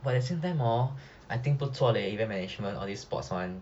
but at the same time hor I think 不错 eh events management all these sports [one]